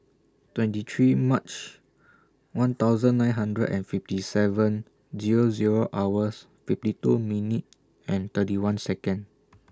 twenty three March one thousand nine hundred and fifty seven Zero Zero hours fifty two minute and thirty one Second